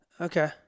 okay